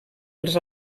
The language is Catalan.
els